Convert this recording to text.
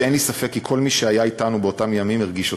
שאין לי ספק כי כל מי שהיה אתנו באותם ימים הרגיש אותה.